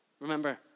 Remember